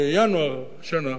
בינואר השנה,